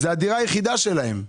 זו הדירה היחידה שלהם.